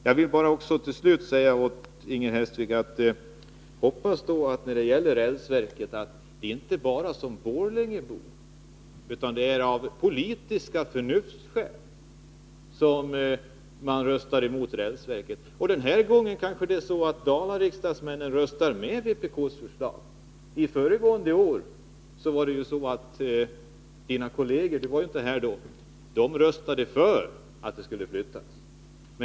Jag vill till slut säga till Inger Hestvik att jag hoppas att det inte bara är som borlängebo utan av politiska förnuftsskäl som hon röstar emot en flyttning av rälsverket. Denna gång kanske dalariksdagsmännen röstar på vpk:s förslag. Föregående år har Inger Hestviks kolleger — hon var inte här då — röstat för att det skulle flyttas.